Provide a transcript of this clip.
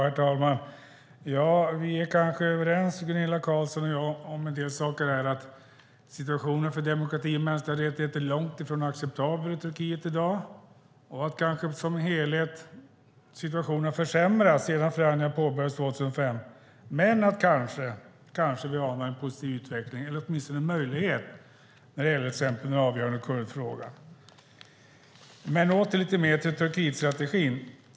Herr talman! Vi är kanske överens, Gunilla Carlsson och jag, om att situationen för demokrati och mänskliga rättigheter är långt ifrån acceptabel i Turkiet i dag och att situationen som helhet försämrats sedan förhandlingarna påbörjades 2005, men att vi kanske anar en positiv utveckling eller åtminstone en möjlighet när det gäller till exempel den avgörande kurdfrågan. Jag ska återgå lite mer till Turkietstrategin.